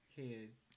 kids